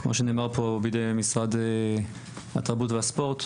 כמו שנאמר פה בידי משרד התרבות והספורט,